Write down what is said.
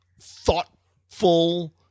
thoughtful